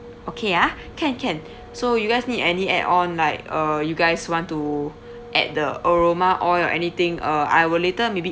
okay ah can can so you guys need any add on like uh you guys want to add the aroma oil or anything or I will later maybe